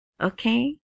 Okay